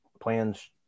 plans